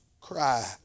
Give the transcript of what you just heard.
cry